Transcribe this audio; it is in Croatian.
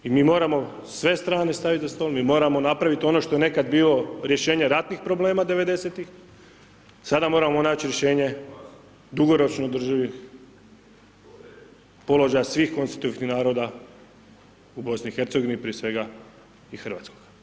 I mi moramo sve strane staviti za stol, mi moramo napraviti, ono što je nekada bilo rješenje ratnih problema '90. sada moramo naći rješenje dugoročno održivi položaja svih konstitutivnih naroda u BIH, prije svega u Hrvatskoj.